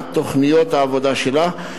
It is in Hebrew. קביעת תוכניות העבודה שלה,